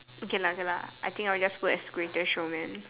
okay lah okay lah I think I'll just put as the Greatest Showman